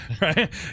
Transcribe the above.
right